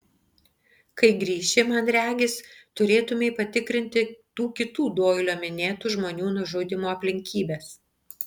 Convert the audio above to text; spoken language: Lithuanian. kai grįši man regis turėtumei patikrinti tų kitų doilio minėtų žmonių nužudymo aplinkybes